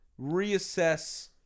reassess